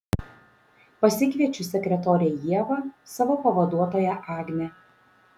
pasikviečiu sekretorę ievą savo pavaduotoją agnę